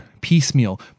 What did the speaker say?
piecemeal